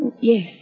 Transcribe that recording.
Yes